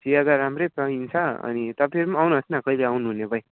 चिया त राम्रै पाइन्छ अनि तपाईँहरू पनि आउनुहोस् न कैले आउनुहुने खै